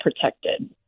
protected